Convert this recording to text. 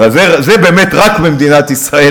זה באמת קיים רק במדינת ישראל,